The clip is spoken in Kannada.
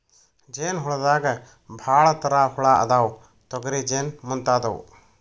ಜೇನ ಹುಳದಾಗ ಭಾಳ ತರಾ ಹುಳಾ ಅದಾವ, ತೊಗರಿ ಜೇನ ಮುಂತಾದವು